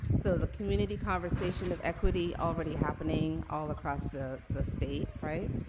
so, the community conversation of equity already happening all across the the state, right?